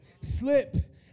Slip